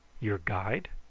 your guide?